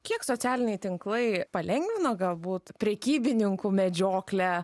kiek socialiniai tinklai palengvina galbūt prekybininkų medžioklę